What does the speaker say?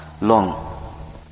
long